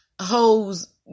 hoes